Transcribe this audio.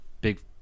big